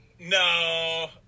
No